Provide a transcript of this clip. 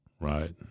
right